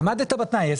עמדת בתנאי,